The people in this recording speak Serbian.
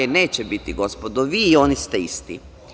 Neće biti gospodo, vi i oni ste isti.